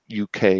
uk